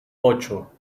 ocho